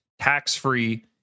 tax-free